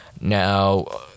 now